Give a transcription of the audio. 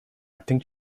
acting